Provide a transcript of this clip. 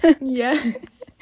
Yes